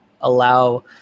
allow